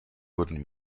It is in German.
wurden